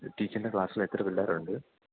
ടീച്ചറിൻ്റെ ക്ലാസ്സിൽ എത്ര പിള്ളേരുണ്ട്